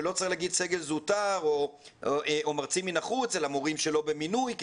שלא צריך להגיד סגל זוטר או מרצים מן החוץ אלא מורים שלא במינוי כי